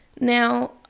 Now